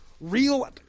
real